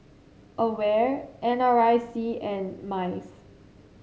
Aware N R I C and MICE